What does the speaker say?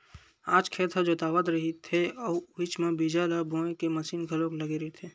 आज खेत ह जोतावत रहिथे अउ उहीच म बीजा ल बोए के मसीन घलोक लगे रहिथे